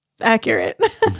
accurate